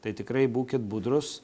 tai tikrai būkit budrūs